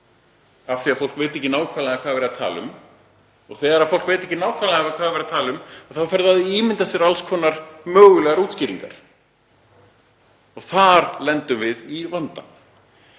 af því að fólk veit ekki nákvæmlega hvað verið er að tala um. Þegar fólk veit ekki nákvæmlega hvað verið er að tala um þá fer það að ímynda sér alls konar mögulegar útskýringar. Þar lendum við í vanda.